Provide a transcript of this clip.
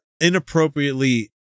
inappropriately